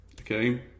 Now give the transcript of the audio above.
okay